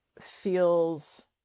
feels